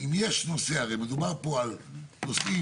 יש נושא, הרי מדובר פה על נושאים